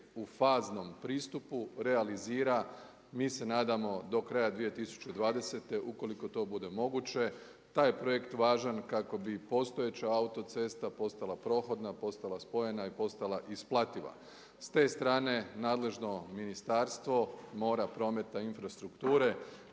u faznom pristupu realizira. Mi se nadamo do kraja 2020. ukoliko to bude moguće. Taj je projekt važan kako bi postojeća autocesta postala prohodna, postala spojena i postala isplativa. S te strane nadležno Ministarstvo, mora, prometa i infrastrukture